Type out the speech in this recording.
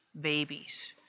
babies